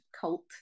cult